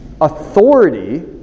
authority